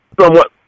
somewhat